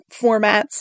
formats